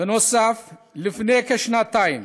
נוסף על כך,